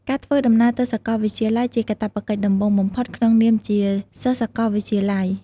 ការធ្វើដំណើរទៅសាកលវិទ្យាល័យជាកាតព្វកិច្ចដំបូងបំផុតក្នុងនាមជា សិស្សសកលវិទ្យាល័យ។